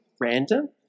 random